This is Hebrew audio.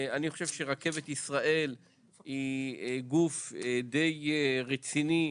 אני חושב שרכבת ישראל היא גוף די רציני,